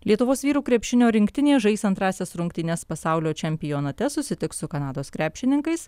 lietuvos vyrų krepšinio rinktinė žais antrąsias rungtynes pasaulio čempionate susitiks su kanados krepšininkais